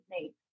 need